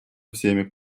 всеми